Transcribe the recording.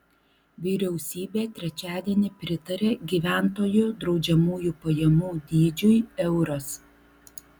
vyriausybė trečiadienį pritarė gyventojų draudžiamųjų pajamų dydžiui euras